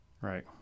Right